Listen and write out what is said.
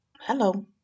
Hello